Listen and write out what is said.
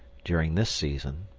during this season.